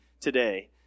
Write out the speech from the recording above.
today